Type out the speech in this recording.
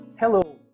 Hello